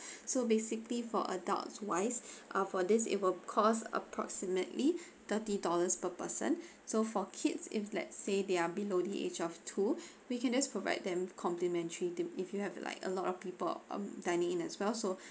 so basically for adults wise uh for this it will cost approximately thirty dollars per person so for kids if let's say they are below the age of two we can just provide them complimentary to if you have like a lot of people um dining in as well so